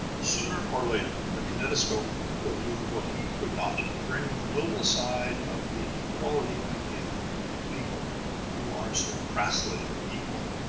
sooner or later the kinetoscope will do what he could not, bring the nobler side of the equality idea to the people who are so crassly equal.